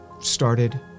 started